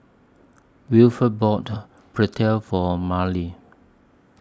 Wilford bought For Marlie